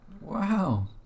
Wow